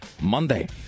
Monday